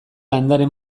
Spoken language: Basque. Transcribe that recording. landare